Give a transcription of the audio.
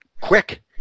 quick